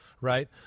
right